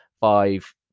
five